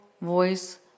voice